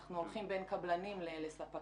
אנחנו הולכים בין קבלנים לספקים.